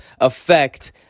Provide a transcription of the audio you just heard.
affect